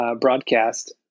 broadcast